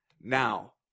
Now